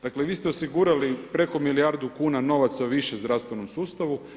Dakle, vis te osigurali preko milijardu kuna novaca više u zdravstvenom sustavu.